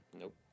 Nope